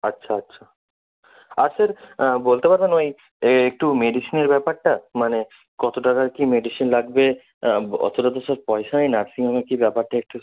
আচ্ছা আচ্ছা আর স্যার বলতে পারবেন ওই একটু মেডিসিনের ব্যাপারটা মানে কত টাকার কী মেডিসিন লাগবে অতটা তো স্যার পয়সাই নার্সিং হোমের কী ব্যাপারটা একটু